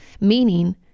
Meaning